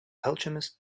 alchemist